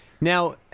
Now